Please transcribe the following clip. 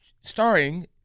starring